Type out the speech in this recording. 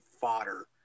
fodder